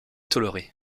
toléré